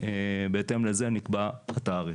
בהתאם לזה נקבע התעריף.